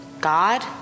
God